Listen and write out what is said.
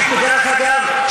דרך אגב,